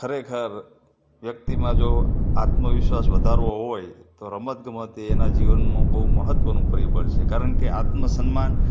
ખરેખર વ્યક્તિમાં જો આત્મવિશ્વાસ વધારવો હોય તો રમત ગમત એ એનાં જીવનનું બહુ મહત્ત્વનું પરિબળ છે કારણ કે આત્મસન્માન